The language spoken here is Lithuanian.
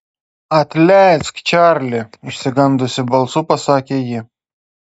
atleisk čarli išsigandusi balsu pasakė ji